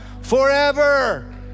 Forever